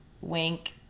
wink